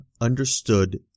understood